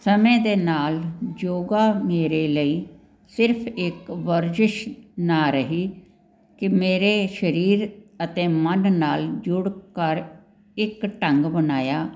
ਸਮੇਂ ਦੇ ਨਾਲ ਯੋਗਾ ਮੇਰੇ ਲਈ ਸਿਰਫ ਇੱਕ ਵਰਜਿਸ਼ ਨਾ ਰਹੀ ਕਿ ਮੇਰੇ ਸਰੀਰ ਅਤੇ ਮਨ ਨਾਲ ਜੁੜਕਰ ਇੱਕ ਢੰਗ ਬਣਾਇਆ